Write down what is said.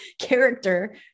character